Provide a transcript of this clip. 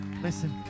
listen